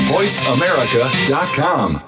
VoiceAmerica.com